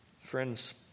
Friends